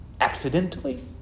Accidentally